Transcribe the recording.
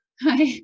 Hi